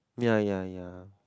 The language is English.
ya ya ya